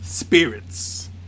Spirits